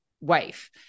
wife